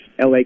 LA